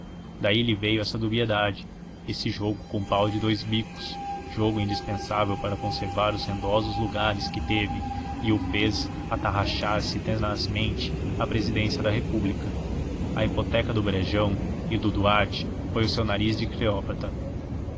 daí lhe veio essa dubiedade esse jogo com pau de dous bicos jogo indispensável para conservar os rendosos lugares que teve e o fez atarraxar se tenazmente à presidência da república a hipoteca do brejão e do duarte foi o seu nariz de cleópatra